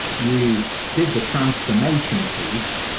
you did the transformation piece.